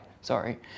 Sorry